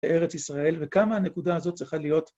לארץ ישראל וכמה הנקודה הזאת צריכה להיות.